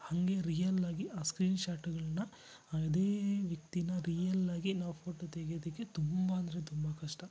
ಹಾಗೆ ರಿಯಲ್ಲಾಗಿ ಆ ಸ್ಕ್ರೀನ್ಶಾಟ್ಗಳನ್ನ ಅದೇ ವ್ಯಕ್ತಿನ ರೀಯಲ್ಲಾಗಿ ನಾವು ಫೋಟೊ ತೆಗೆಯೋದಕ್ಕೆ ತುಂಬ ಅಂದರೆ ತುಂಬ ಕಷ್ಟ